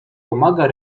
pomaga